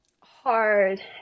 hard